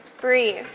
Breathe